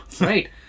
right